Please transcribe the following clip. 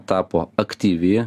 tapo aktyvi